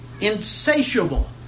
insatiable